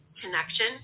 connection